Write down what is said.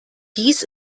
dies